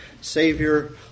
Savior